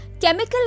chemical